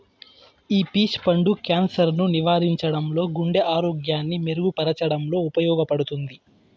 ఈ పీచ్ పండు క్యాన్సర్ ను నివారించడంలో, గుండె ఆరోగ్యాన్ని మెరుగు పరచడంలో ఉపయోగపడుతుంది